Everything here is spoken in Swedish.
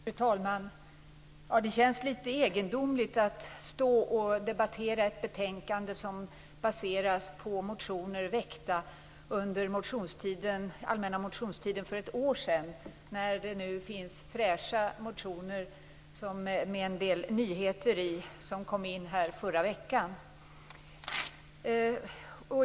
Fru talman! Det känns litet egendomligt att debattera ett betänkande som baseras på motioner väckta under allmänna motionstiden för ett år sedan, när det nu finns fräscha motioner med en del nyheter i som kom in förra veckan.